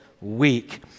week